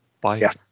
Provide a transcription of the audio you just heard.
Bye